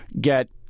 get